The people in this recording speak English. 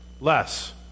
less